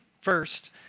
first